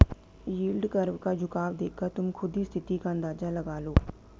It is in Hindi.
यील्ड कर्व का झुकाव देखकर तुम खुद ही स्थिति का अंदाजा लगा लो